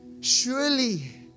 Surely